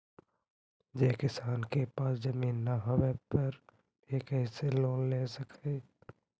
जे किसान के पास जमीन न होवे पर भी कैसे लोन ले सक हइ?